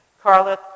Carla